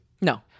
No